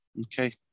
Okay